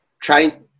trying